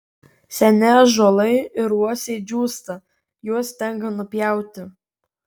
seni ąžuolai ir uosiai džiūsta juos tenka nupjauti